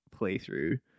playthrough